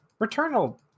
Returnal